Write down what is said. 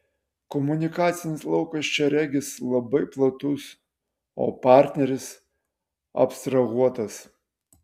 komunikacinis laukas čia regis labai platus o partneris abstrahuotas